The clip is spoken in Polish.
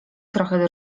trochę